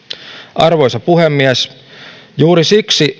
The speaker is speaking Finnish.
arvoisa puhemies juuri siksi